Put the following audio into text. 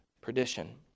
perdition